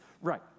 Right